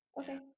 Okay